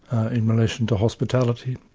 in relation to hospitality,